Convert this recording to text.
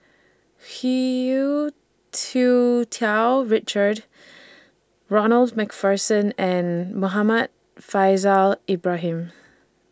Tsu Tau Richard Ronald MacPherson and Muhammad Faishal Ibrahim